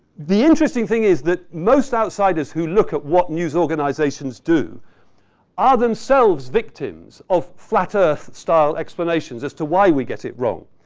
the interesting thing is that most outsiders who look at what news organizations do are themselves victims of flat earth style explanations as to why we get it wrong.